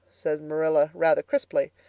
said marilla rather crisply.